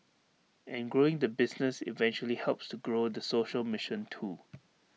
and growing the business eventually helps to grow the social mission too